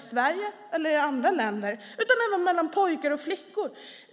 Sverige och i andra länder utan även mellan pojkar och flickor.